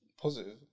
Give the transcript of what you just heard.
Positive